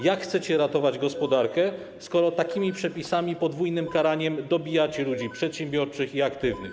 Jak chcecie ratować gospodarkę, skoro takimi przepisami, podwójnym karaniem dobijacie ludzi przedsiębiorczych i aktywnych?